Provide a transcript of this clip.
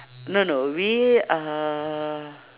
no no we are